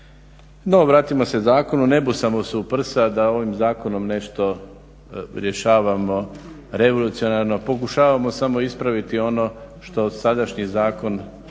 No, vratimo se zakonu. Ne busamo se u prsa da ovim zakonom nešto rješavamo revolucionarno. Pokušavamo samo ispraviti ono što sadašnji zakon